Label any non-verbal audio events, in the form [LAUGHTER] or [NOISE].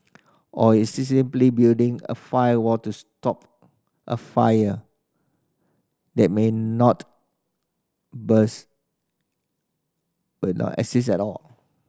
or is this simply building a firewall to stop a fire that may not [UNINTELLIGIBLE] exist at all